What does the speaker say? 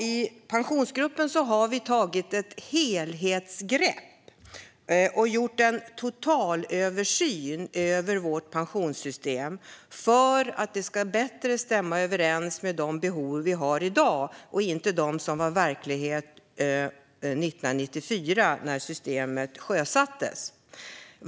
I Pensionsgruppen har vi tagit ett helhetsgrepp och gjort en totalöversyn av vårt pensionssystem för att det ska stämma bättre överens med de behov vi har i dag och inte de som var verklighet 1994, när systemet sjösattes.